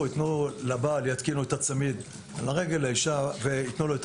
לבעל יתקינו את הצמיד על הרגל וייתנו לו את